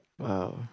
Wow